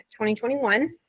2021